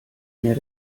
mehr